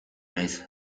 naiz